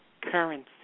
currency